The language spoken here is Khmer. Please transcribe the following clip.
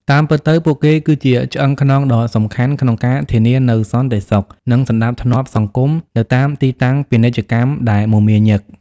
តាមពិតទៅ ពួកគេគឺជាឆ្អឹងខ្នងដ៏សំខាន់ក្នុងការធានានូវសន្តិសុខ និងសណ្តាប់ធ្នាប់សង្គម នៅតាមទីតាំងពាណិជ្ជកម្មដែលមមាញឹក។